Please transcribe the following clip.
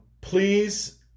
please